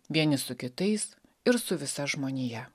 vieni su kitais ir su visa žmonija